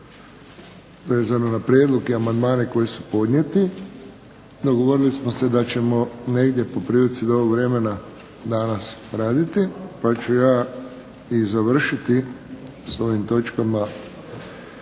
vezano za prijedloge i amandmane koji su podnijeti. Dogovorili smo se da ćemo negdje po prilici do ovog vremena danas raditi pa ću ja i završiti s ovim točkama